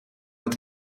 het